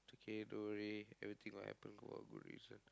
okay don't worry everything will happen for a good reason